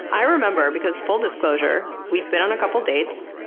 i remember because full disclosure we've been on a couple dates.